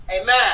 Amen